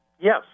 Yes